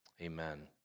amen